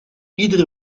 iedere